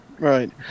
Right